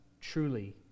truly